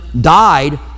died